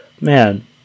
Man